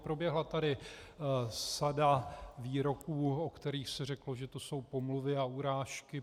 Proběhla tady sada výroků, o kterých se řeklo, že to jsou pomluvy a urážky.